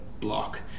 block